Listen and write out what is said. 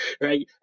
right